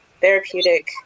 therapeutic